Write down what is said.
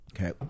Okay